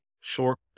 short